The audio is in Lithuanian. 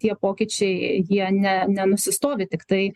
tie pokyčiai jie ne nenusistovi tiktai